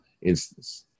instance